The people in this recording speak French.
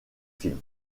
films